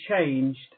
changed